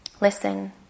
Listen